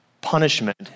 punishment